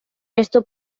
esto